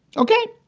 ok,